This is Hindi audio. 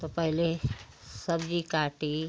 तो पहले सब्ज़ी काटी